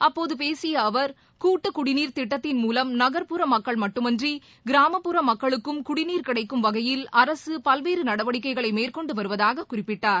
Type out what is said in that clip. அப்போது பேசிய அவர் கூட்டு குடிநீர் திட்டத்தின் மூலம் நகர்புற மக்கள் மட்டுமன்றி கிராமப்புற மக்களுக்கும் குடிநீர் கிடைக்கும் வகையில் அரசு பல்வேறு நடவடிக்கைகளை மேற்கொண்டு வருவதாகக் குறிப்பிட்டார்